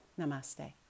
Namaste